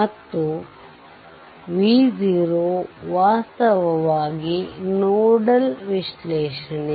ಮತ್ತು V0 ವಾಸ್ತವವಾಗಿ ನೋಡಲ್ ವಿಶ್ಲೇಷಣೆ